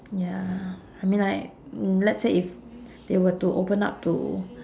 ya I mean like mm let's say if they were to open up to